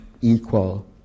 equal